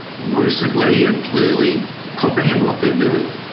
lucidly and clearly comprehend what they are doing.